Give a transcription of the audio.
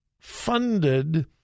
funded